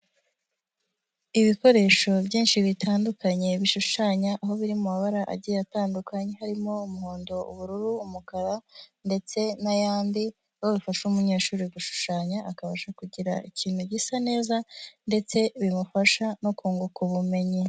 Ibikoresho byinshi bitandukanye bishushanya, aho biri mu mabara agiye atandukanye. Harimo umuhondo, ubururu, umukara ndetse n'ayandi, aho bifasha umunyeshuri gushushanya, akabasha kugira ikintu gisa neza ndetse bimufasha no kunguka ubumenyi.